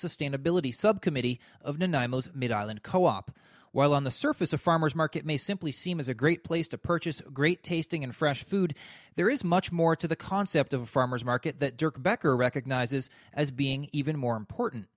sustainability subcommittee of middle and co op while on the surface a farmer's market may simply seem as a great place to purchase great tasting and fresh food there is much more to the concept of farmer's market that dirck backer recognizes as being even more important